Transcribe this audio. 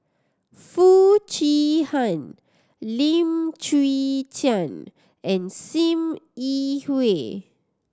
Foo Chee Han Lim Chwee Chian and Sim Yi Hui